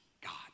God